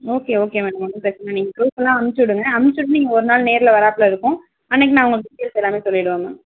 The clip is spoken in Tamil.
ஓகே ஓகே மேம் ஒன்றும் பிரச்சனை நீங்கள் ப்ரூஃபெல்லாம் அம்ச்சு விடுங்க அம்ச்சுட்டு நீங்கள் ஒரு நாள் நேரில் வராப்ல இருக்கும் அன்றைக்கு நான் உங்களுக்கு டீடெயில்ஸ் எல்லாமே சொல்லிவிடுவேன் மேம்